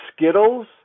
Skittles